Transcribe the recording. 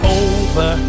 over